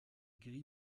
gris